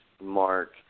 Mark